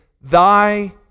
thy